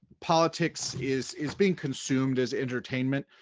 politics is is being consumed as entertainment.